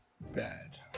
bad